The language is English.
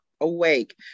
awake